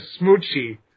Smoochie